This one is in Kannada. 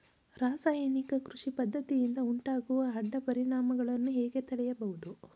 ರಾಸಾಯನಿಕ ಕೃಷಿ ಪದ್ದತಿಯಿಂದ ಉಂಟಾಗುವ ಅಡ್ಡ ಪರಿಣಾಮಗಳನ್ನು ಹೇಗೆ ತಡೆಯಬಹುದು?